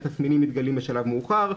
התסמינים מתגלים בשלב מאוחר,